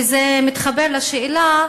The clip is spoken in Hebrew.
וזה מתחבר לשאלה,